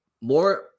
more